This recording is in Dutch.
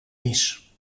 mis